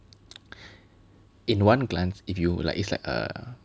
in one glance if you like it's like err